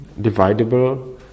dividable